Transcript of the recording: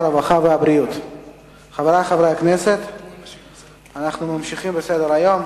7, נגד, אין, נמנעים, אין.